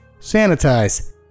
sanitize